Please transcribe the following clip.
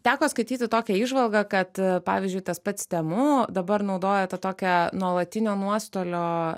teko skaityti tokią įžvalgą kad pavyzdžiui tas pats temu dabar naudoja tą tokią nuolatinio nuostolio